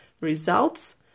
results